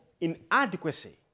inadequacy